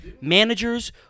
Managers